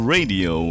Radio